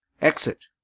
Exit